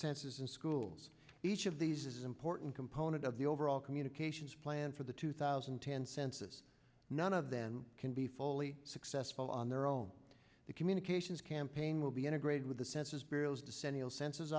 sensors and schools each of these is important component of the overall communications plan for the two thousand and ten census none of them can be fully successful on their own the communications campaign will be integrated with the census